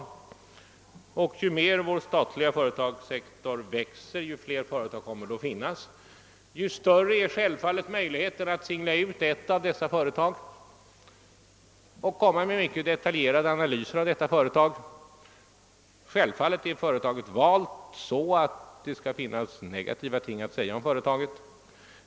Ju mer vår statliga företagssektor växer, ju fler företag kommer det att finnas och desto större blir möjligheten att singla ut ett av dessa företag och framlägga mycket detaljerade analyser beträffande företaget. Självfallet är företaget valt så, att det skall finnas negativa ting att säga om dess verksamhet.